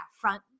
front